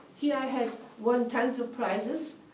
here i had won tons of prizes,